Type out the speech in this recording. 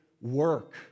work